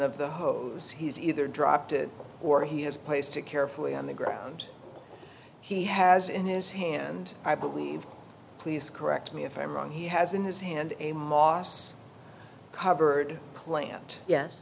of the hose he's either dropped to or he has placed it carefully on the ground he has in his hand i believe please correct me if i'm wrong he has in his hand a moss covered plant yes